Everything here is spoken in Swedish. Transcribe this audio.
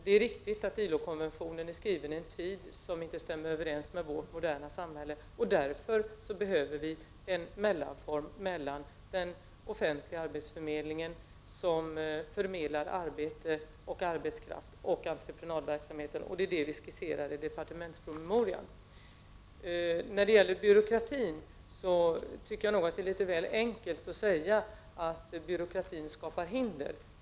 Det är riktigt att ILO-konventionen är skriven i en tid som inte stämmer överens med vårt moderna samhälle, och därför behöver vi en mellanform mellan den offentliga arbetsförmedlingen, som förmedlar arbete och arbets kraft, och entreprenadverksamheten. Det är det som vi skisserar i departementspromemorian. Det är nog litet väl enkelt att säga att byråkratin skapar hinder.